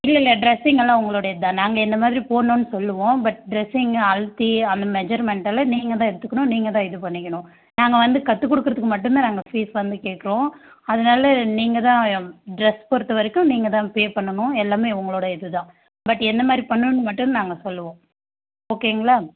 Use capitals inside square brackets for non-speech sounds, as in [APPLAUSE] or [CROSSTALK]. இல்லைல்ல ட்ரெஸ்ஸிங்கெல்லாம் உங்களுடையது தான் நாங்கள் இந்தமாதிரி போடணுன்னு சொல்வோம் பட் ட்ரெஸ்ஸிங் [UNINTELLIGIBLE] அந்த மெஷர்மெண்ட்டெல்லாம் நீங்கள் தான் எடுத்துக்கணும் நீங்கள் தான் இது பண்ணிக்கணும் நாங்கள் வந்து கற்றுக் கொடுக்குறதுக்கு மட்டும் தான் நாங்கள் ஃபீஸ் வந்து கேக்கிறோம் அதனால நீங்கள் தான் ட்ரெஸ் பொறுத்த வரைக்கும் நீங்கள் தான் பே பண்ணணும் எல்லாமே உங்களுடைய இதுதான் பட் என்ன மாதிரி பண்ணணும்ன்னு மட்டும் நாங்கள் சொல்வோம் ஓகேங்களா